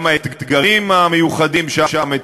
גם האתגרים המיוחדים שם,